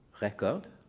record